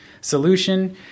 solution